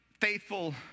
faithful